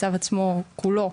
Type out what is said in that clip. הצו עצמו כולו,